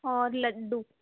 اور لڈو